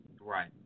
right